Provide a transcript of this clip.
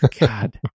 god